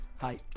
Hi